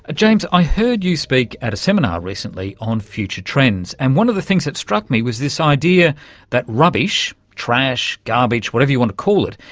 ah james, i heard you speak at a seminar recently on future trends, and one of the things that struck me was this idea that rubbish, trash, garbage, whatever you want to call it,